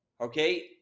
okay